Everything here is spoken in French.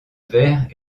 vert